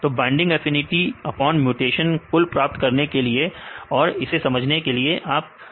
तो binding affinity upon mutation कुल प्राप्त करने के लिए और इसे समझने के लिए आप इसका इस्तेमाल कर सकते हैं